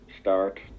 start